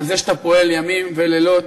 על זה שאתה פועל ימים ולילות,